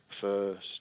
first